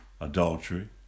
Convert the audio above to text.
adultery